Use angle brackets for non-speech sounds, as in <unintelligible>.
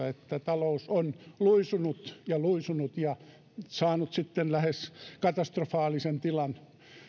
<unintelligible> että talous on luisunut ja luisunut ja saanut sitten lähes katastrofaalisen tilan